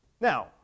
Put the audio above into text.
Now